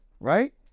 right